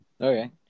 Okay